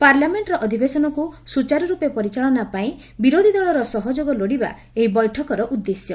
ପାର୍ଲାମେଣ୍ଟର ଅଧିବେଶନକୁ ସୁଚାରୁରୂପେ ପରିଚାଳନା ପାଇଁ ବିରୋଧି ଦଳର ସହଯୋଗ ଲୋଡ଼ିବା ଏହି ବୈଠକର ଉଦ୍ଦେଶ୍ୟ